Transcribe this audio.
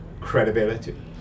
credibility